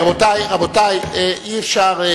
עשו טעות